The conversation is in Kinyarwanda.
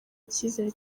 icyizere